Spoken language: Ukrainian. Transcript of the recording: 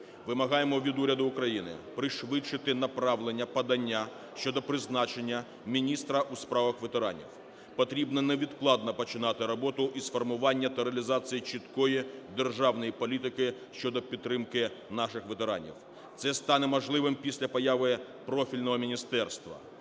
Вимагаємо від уряду України пришвидшити направлення подання щодо призначення міністра у справах ветеранів. Потрібно невідкладно починати роботу із формування та реалізації чіткої державної політики щодо підтримки наших ветеранів. Це стане можливим після появи профільного міністерства.